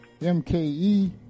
MKE